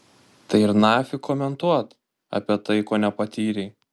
tai ir nafik komentuot apie tai ko nepatyrei